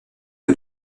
que